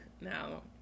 now